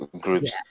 groups